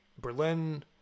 Berlin